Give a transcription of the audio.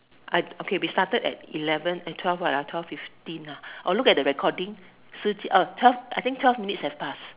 I okay we started at eleven eh twelve what ah twelve fifteen ah or look at the recording see uh oh twelve I think twelve minutes have passed